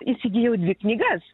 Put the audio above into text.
įsigijau dvi knygas